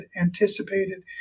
anticipated